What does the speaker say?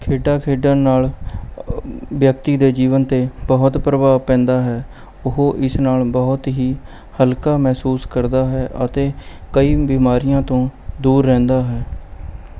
ਖੇਡਾਂ ਖੇਡਣ ਨਾਲ਼ ਵਿਅਕਤੀ ਦੇ ਜੀਵਨ 'ਤੇ ਬਹੁਤ ਪ੍ਰਭਾਵ ਪੈਂਦਾ ਹੈ ਉਹ ਇਸ ਨਾਲ਼ ਬਹੁਤ ਹੀ ਹਲਕਾ ਮਹਿਸੂਸ ਕਰਦਾ ਹੈ ਅਤੇ ਕਈ ਬਿਮਾਰੀਆਂ ਤੋਂ ਦੂਰ ਰਹਿੰਦਾ ਹੈ